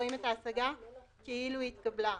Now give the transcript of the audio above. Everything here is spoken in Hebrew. רואים את ההשגה כאילו התקבלה.